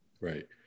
Right